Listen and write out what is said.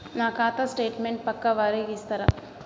నా ఖాతా స్టేట్మెంట్ పక్కా వారికి ఇస్తరా?